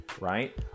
right